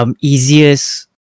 easiest